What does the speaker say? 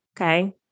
Okay